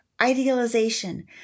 idealization